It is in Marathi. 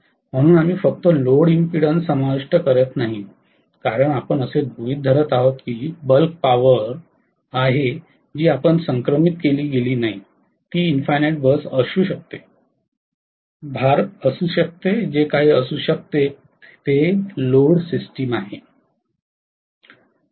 म्हणून आम्ही फक्त लोड इंपीडन्स समाविष्ट करीत नाही कारण आपण असे गृहित धरत आहोत की ही बल्क पॉवर आहे जी संक्रमित केली गेली असीम बस असू शकते भार असू शकते जे काही असू शकते लोड सिस्टम आहे